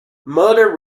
motor